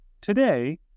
Today